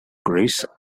grace